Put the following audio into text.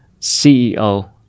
CEO